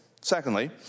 Secondly